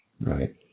Right